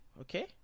Okay